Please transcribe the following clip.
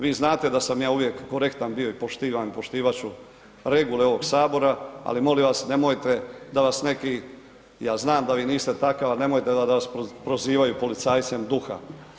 Vi znate da sam ja uvijek korektan bio i poštivam i poštovat ću regule ovog sabora, ali molim vas nemojte da vas neki, ja znam da vi niste takav, ali nemojte da vas prozivaju policajcem duha.